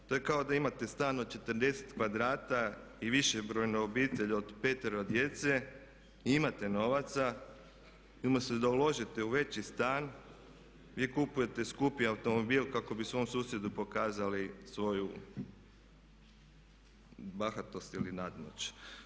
To je kao da imate stan od 40 kvadrata i višebrojnu obitelj od petero djece, i imate novaca, vi umjesto da uložite u veći stan vi kupujete skupi automobil kako bi svom susjedu pokazali svoju bahatost ili nadmoć.